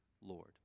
lord